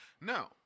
Now